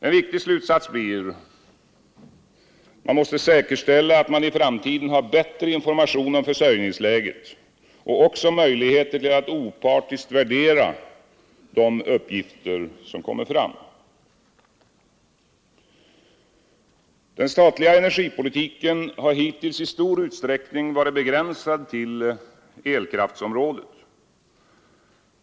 En viktig slutsats blir att man måste säkerställa att man i framtiden har bättre information om försörjningsläget och också möjligheter till att opartiskt värdera de uppgifter som kommer fram. Den statliga energipolitiken har hittills i stor utsträckning varit begränsad till elkraftsområdet.